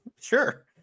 Sure